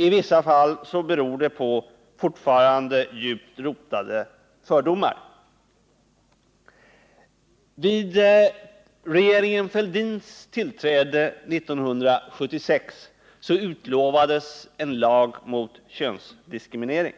I vissa fall beror det på fortfarande djupt rotade fördomar. Vid regeringen Fälldins tillträde 1976 utlovades en lag mot könsdiskriminering.